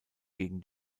gegen